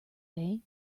day